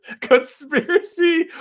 Conspiracy